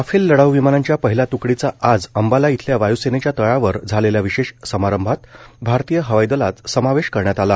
Rafale लढाऊ विमानांच्या पहिल्या तूकडीचा आज अंबाला इथल्या वायुसेनेच्या तळावर झालेल्या विशेष समारंभात भारतीय हवाई दलात समावेश करण्यात आला